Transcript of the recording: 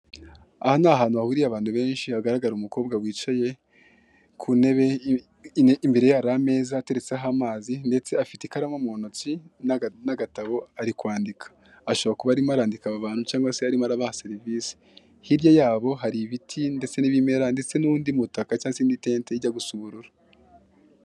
Aha n'ahantu hahuriye abantu benshi hagaragara umukobwa wicaye kuntebe imbere ye hari ameza ateretseho amazi ndetse afite ikaramu muntoki n'agatabo arikwandika ashobora kuba arimo arandika aba bantu cyangwa se arimo arabaha serivisi hirya yabo hari ibiti ndetse nibimera ndetse nundi mutaka cyangwa se indi tente ijya gusa ubururu